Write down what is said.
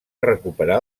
recuperar